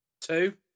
Two